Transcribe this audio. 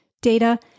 data